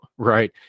Right